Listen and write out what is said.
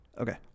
Okay